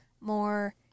more